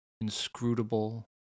inscrutable